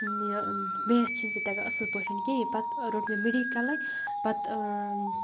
یہِ میتھ چھے نہٕ ژےٚ تگان اَصٕل پٲٹھۍ کینٛہہ یہِ پَتہٕ روٚٹ مےٚ مٮ۪ڈِکَلٕے پَتہٕ